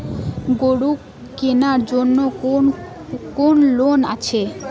গরু কেনার জন্য কি কোন লোন আছে?